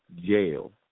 jail